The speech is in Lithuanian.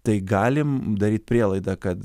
tai galim daryti prielaidą kad